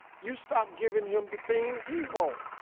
you stop giving him the thing he want.